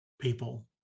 people